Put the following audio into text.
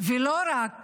ולא רק